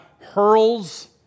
hurls